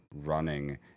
running